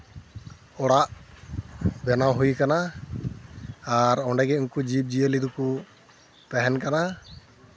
ᱚᱲᱟᱜ ᱵᱮᱱᱟᱣ ᱦᱩᱭ ᱠᱟᱱᱟ ᱟᱨ ᱚᱸᱰᱮ ᱜᱮ ᱩᱱᱠᱩ ᱡᱤᱵᱽᱼᱡᱤᱭᱟᱹᱞᱤ ᱫᱚᱠᱚ ᱛᱟᱦᱮᱱ ᱠᱟᱱᱟ